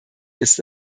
ist